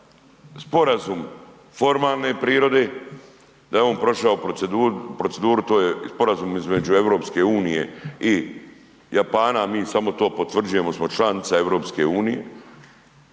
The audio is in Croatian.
sporazum formalne prirode, da je on prošao proceduru to je sporazum između EU i Japana, mi samo to potvrđujemo jer smo članica EU, onda